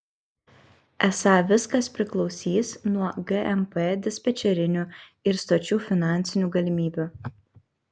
esą viskas priklausys nuo gmp dispečerinių ir stočių finansinių galimybių